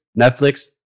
Netflix